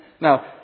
Now